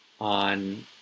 on